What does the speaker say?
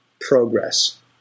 progress